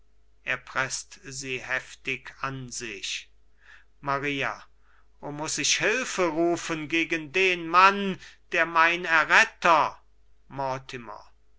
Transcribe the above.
er preßt sie heftig an sich maria o muß ich hilfe rufen gegen den mann der mein erretter